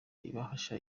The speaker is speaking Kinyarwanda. ibahasha